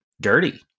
dirty